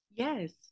Yes